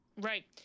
right